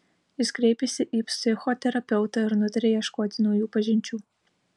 jis kreipėsi į psichoterapeutą ir nutarė ieškoti naujų pažinčių